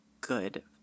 good